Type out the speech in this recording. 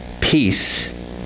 Peace